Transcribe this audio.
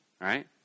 right